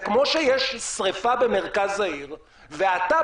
זה כמו שיש שריפה במרכז העיר ואתה,